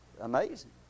Amazing